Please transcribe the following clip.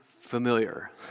familiar